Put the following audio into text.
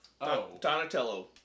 Donatello